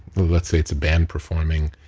but let's say, it's a band performing,